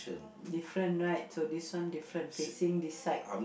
different right so this one different facing this side